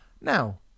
now